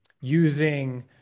using